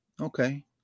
Okay